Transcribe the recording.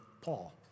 Paul